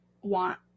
want